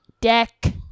deck